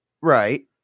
Right